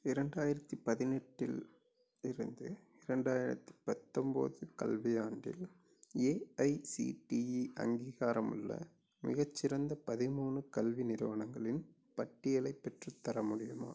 இரண்டாயிரத்து பதினெட்டில் இருந்து இரண்டாயிரத்து பத்தொம்பது கல்வி ஆண்டில் ஏஐசிடிஇ அங்கீகாரம் உள்ள மிகச்சிறந்த பதிமூணு கல்வி நிறுவனங்களின் பட்டியலை பெற்றுத்தர முடியுமா